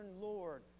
Lord